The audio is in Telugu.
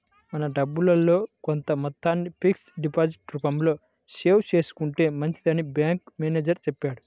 మన డబ్బుల్లో కొంత మొత్తాన్ని ఫిక్స్డ్ డిపాజిట్ రూపంలో సేవ్ చేసుకుంటే మంచిదని బ్యాంకు మేనేజరు చెప్పారు